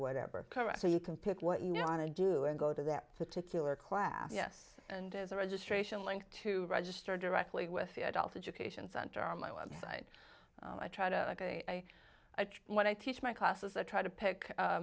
whatever so you can pick what you want to do and go to that particular class yes and as a registration link to register directly with the adult education center on my website i try to ok what i teach my classes or try to pick